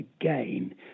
again